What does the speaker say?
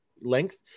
length